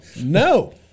No